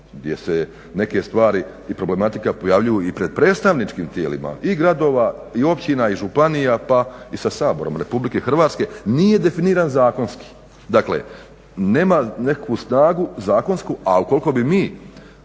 gdje se neke stvari i problematika pojavljuju i pred predstavničkim tijelima i gradova i općina i županija pa i sa Saborom RH nije definiran zakonski. Dakle, nema nekakvu snagu, snagu zakonsku ali koliko bi mi